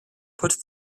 put